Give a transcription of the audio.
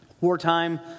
wartime